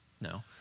No